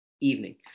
evening